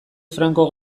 franco